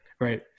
Right